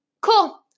cool